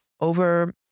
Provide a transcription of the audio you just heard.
over